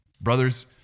Brothers